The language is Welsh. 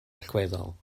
allweddol